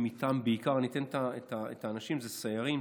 אני אתן את האנשים: סיירים,